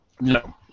No